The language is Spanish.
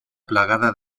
plagada